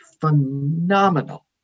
phenomenal